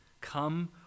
Come